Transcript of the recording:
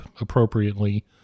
appropriately